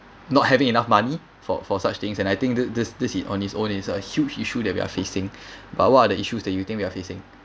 not having enough money for for such things and I think th~ this this it on its own is a huge issue that we're facing but what are the issues that you think we are facing